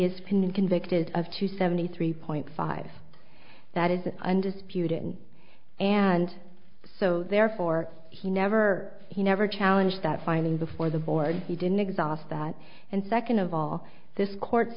finished convicted of two seventy three point five that is undisputed and and so therefore he never he never challenged that finding before the board he didn't exhaust that and second of all this court